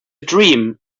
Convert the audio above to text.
dream